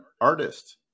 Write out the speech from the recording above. artist